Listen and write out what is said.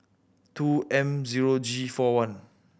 two M zero G four one